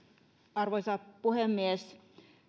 arvoisa puhemies